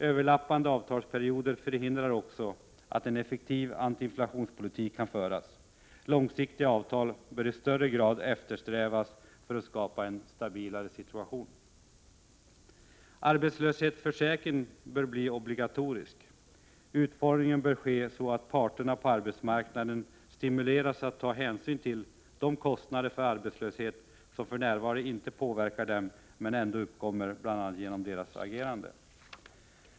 Överlappande avtalsperioder förhindrar också att en effektiv antiinflationspolitik kan föras. Långsiktiga avtal bör i större grad eftersträvas för att skapa en stabilare situation. Arbetslöshetsförsäkringen bör bli obligatorisk. Utformningen bör ske så att parterna på arbetsmarknaden stimuleras att ta hänsyn till de kostnader för arbetslöshet som för närvarande inte påverkar dem men ändå uppkommer, bl.a. genom deras agerande.